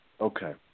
Okay